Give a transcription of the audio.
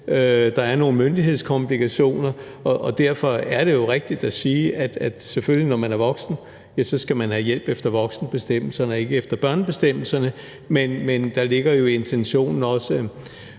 der er nogle myndighedskomplikationer. Og derfor er det jo rigtigt at sige, at når man er voksen, skal man selvfølgelig have hjælp efter voksenbestemmelserne og ikke efter børnebestemmelserne. Men der ligger jo i intentionen fra